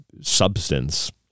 substance